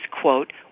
quote